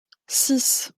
six